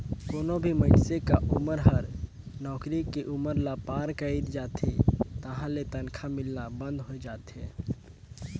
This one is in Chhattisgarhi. कोनो भी मइनसे क उमर हर नउकरी के उमर ल पार कइर जाथे तहां ले तनखा मिलना बंद होय जाथे